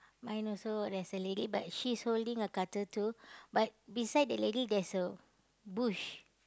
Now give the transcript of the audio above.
mine also there's a lady but she's holding a cutter too but beside the lady there's a bush